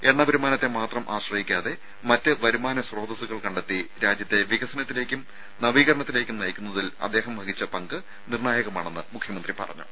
എണ്ണ വരുമാനത്തെ മാത്രം ആശ്രയിക്കാതെ മറ്റ് വരുമാന സ്രോതസ്സുകൾ കണ്ടെത്തി രാജ്യത്തെ വികസനത്തിലേക്കും നവീകരണത്തിലേക്കും നയിക്കുന്നതിൽ അദ്ദേഹം വഹിച്ച പങ്ക് നിർണ്ണായകമാണെന്ന് മുഖ്യമന്ത്രി പറഞ്ഞു